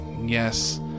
yes